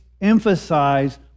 emphasize